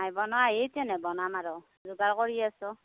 নাই বনোৱা হেই ইত্য়নেহে বনাম আৰু যোগাৰ কৰি আছোঁ